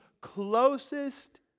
closest